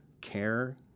care